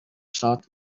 south